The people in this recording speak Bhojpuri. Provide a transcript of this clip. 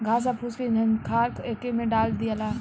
घास आ फूस के झंखार एके में डाल दियाला